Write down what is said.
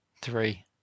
three